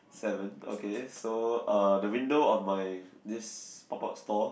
seven okay so uh the window of my this pop up store